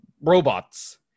robots